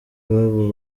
aba